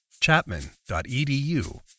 chapman.edu